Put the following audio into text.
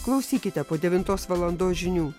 klausykite po devintos valandos žinių